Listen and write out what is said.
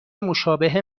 مشابه